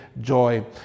joy